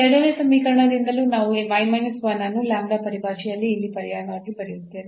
ಎರಡನೇ ಸಮೀಕರಣದಿಂದಲೂ ನಾವು ಅನ್ನು ಪರಿಭಾಷೆಯಲ್ಲಿ ಇಲ್ಲಿ ಪರ್ಯಾಯವಾಗಿ ಬರೆಯುತ್ತೇವೆ